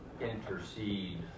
intercede